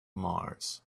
mars